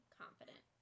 confident